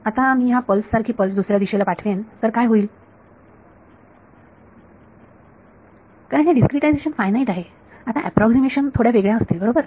आता मी ह्या पल्स सारखी पल्स दुसऱ्या दिशेला पाठवेन तर काय होईल कारण हे डिस्क्रीटायझेशन फायनाईट आहे आता अॅप्रॉक्सीमेशन थोड्या वेगळ्या असतील बरोबर